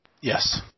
Yes